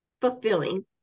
fulfilling